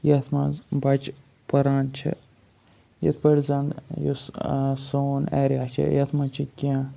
یَتھ منٛز بَچہِ پَران چھِ یِتھ پٲٹھۍ زَنہٕ یُس سون ایریا چھُ یَتھ منٛز چھِ کینٛہہ